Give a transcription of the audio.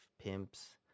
pimps